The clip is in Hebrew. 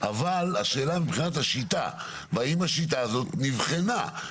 אבל השאלה מבחינת השיטה והאם השיטה הזו נבחנה,